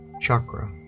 chakra